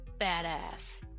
badass